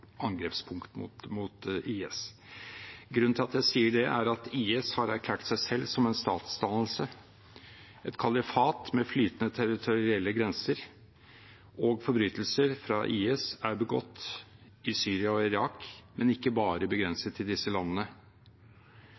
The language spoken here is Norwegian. mot IS. Grunnen til at jeg sier det, er at IS har erklært seg selv som en statsdannelse, et kalifat med flytende territorielle grenser. Forbrytelser fra IS er begått i Syria og Irak, men ikke bare begrenset til disse landene.